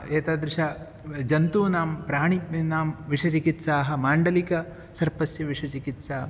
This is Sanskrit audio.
एतादृशानां जन्तूनां प्राणिनां विषचिकित्साः माण्डलिकसर्पस्य विषचिकित्सा